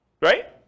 Right